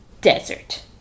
desert